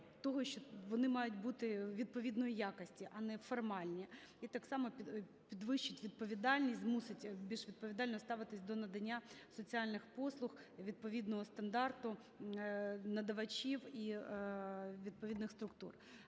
того, що вони мають бути відповідної якості, а не формальні, і так само підвищить відповідальність, змусить більш відповідально ставитися до надання соціальних послуг відповідного стандарту надавачів і відповідних структур.